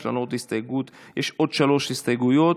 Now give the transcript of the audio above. יש עוד שלוש הסתייגויות,